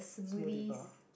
bar